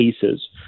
cases